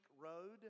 Road